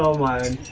ah one